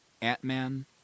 Ant-Man